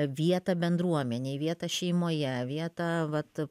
vietą bendruomenę vietą šeimoje vietą vat